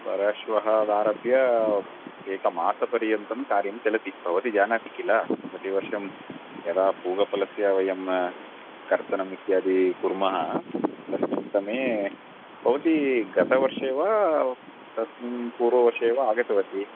परश्वः आरभ्य एकमासपर्यन्तं कार्यं चलति भवती जानाति किल प्रतिवर्षं यदा पूगीफलस्य वयं कर्तनम् इत्यादि कुर्मः तस्मिन् समये भवती गतवर्षे वा तस्मिन् पूर्ववर्षे वा आगतवती